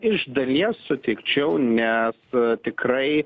iš dalies sutikčiau nes tikrai